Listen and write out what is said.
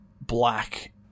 black